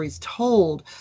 told